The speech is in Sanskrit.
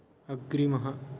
अग्रिमः